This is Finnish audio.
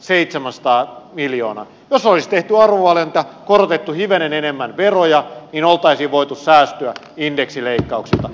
jos olisi tehty arvovalinta korotettu hivenen enemmän veroja oltaisiin voitu säästyä indeksileikkauksilta